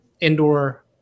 indoor